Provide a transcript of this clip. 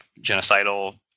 genocidal